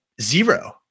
zero